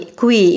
qui